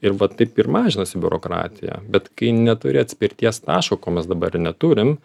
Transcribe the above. ir vat taip ir mažinasi biurokratija bet kai neturi atspirties taško ko mes dabar ir neturim